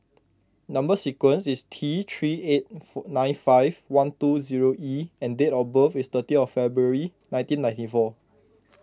Number Sequence is T three eight four nine five one two zero E and date of birth is thirteen of February nineteen ninety four